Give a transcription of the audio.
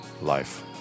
life